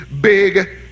big